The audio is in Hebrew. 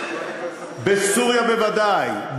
בסוריה בוודאי,